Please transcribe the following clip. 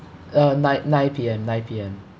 uh night nine P_M nine P_M